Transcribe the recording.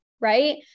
right